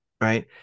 right